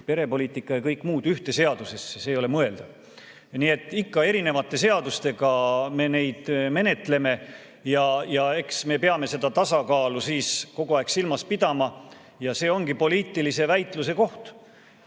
perepoliitika ja kõik muud ühte seadusesse, see ei ole mõeldav. Nii et ikka erinevate seadustega me neid menetleme. Eks me peame seda tasakaalu kogu aeg silmas pidama ja see ongi poliitilise väitluse koht.